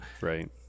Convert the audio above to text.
Right